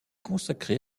consacré